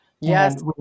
yes